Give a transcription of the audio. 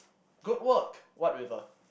good work what with a